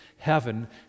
heaven